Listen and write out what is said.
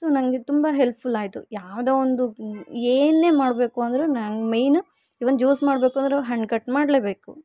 so ನಂಗೆ ತುಂಬ helpful ಆಯಿತು ಯಾವುದೆ ಒಂದು ಏನೇ ಮಾಡಬೇಕು ಅಂದರೂ ನಂಗೆ ಮೇಯ್ನ್ ಇವನ್ ಜ್ಯೂಸ್ ಮಾಡಬೇಕು ಅಂದರೂ ಹಣ್ಣು ಕಟ್ ಮಾಡಲೇಬೇಕು